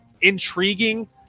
intriguing